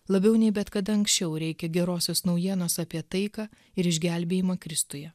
labiau nei bet kada anksčiau reikia gerosios naujienos apie taiką ir išgelbėjimą kristuje